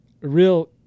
real